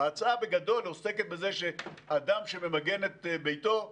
ההצעה בגדול עוסקת בזה שאדם שממגן את ביתו,